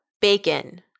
Bacon